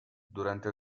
durante